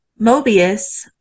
Mobius